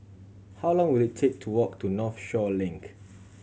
how long will it take to walk to Northshore Link